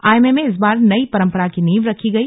IMA में इस बार नई परंपरा की नींव रखी गई